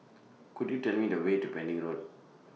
Could YOU Tell Me The Way to Pending Road